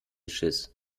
schiss